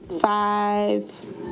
five